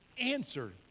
answer